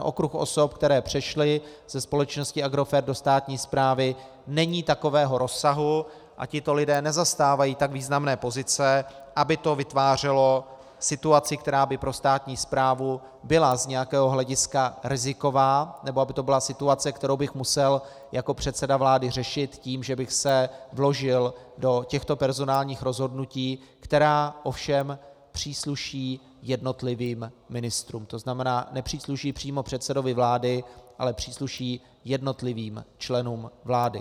Okruh osob, které přešly ze společnosti Agrofert do státní správy, není takového rozsahu a tito lidé nezastávají tak významné pozice, aby to vytvářelo situaci, která by pro státní správu byla z nějakého hlediska riziková, nebo aby to byla situace, kterou bych musel jako předseda vlády řešit tím, že bych se vložil do těchto personálních rozhodnutí, která ovšem přísluší jednotlivým ministrům, to znamená, že nepřísluší přímo předsedovi vlády, ale přísluší jednotlivým členům vlády.